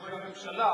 של הממשלה.